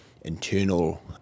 Internal